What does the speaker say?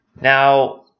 Now